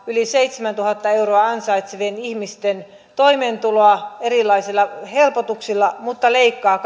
yli seitsemäntuhatta euroa ansaitsevien ihmisten toimeentuloa erilaisilla helpotuksilla mutta leikkaa